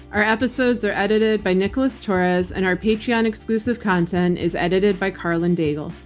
our episodes are edited by nicholas torres and our patreon exclusive content is edited by karlyn daigle.